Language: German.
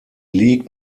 liegt